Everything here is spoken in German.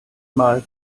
mal